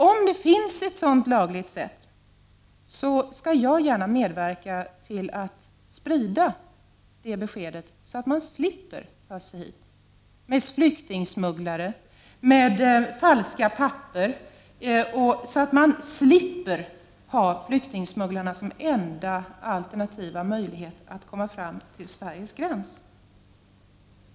Om det finns ett lagligt sätt skall jag gärna medverka till att sprida kunskap om det så att man slipper att ta sig hit med hjälp av en flyktingsmugglare eller förfalskade papper och slipper att ha flyktingsmugglare som enda alternativa möjlighet att komma fram till Sveriges gräns.